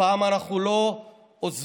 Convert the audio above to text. הפעם אנחנו לא עוזבים